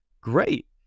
great